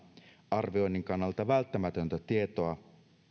arvioinnin kannalta välttämätöntä tietoa on